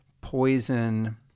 poison